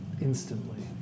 instantly